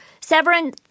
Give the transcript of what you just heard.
Severin